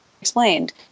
explained